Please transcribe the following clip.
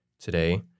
Today